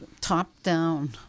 top-down